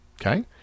Okay